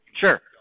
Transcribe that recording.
Sure